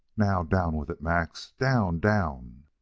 now, down with it. max! down! down!